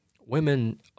women